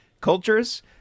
cultures